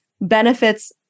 Benefits